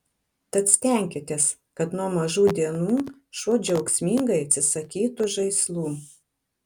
tad stenkitės kad nuo mažų dienų šuo džiaugsmingai atsisakytų žaislų